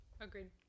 Agreed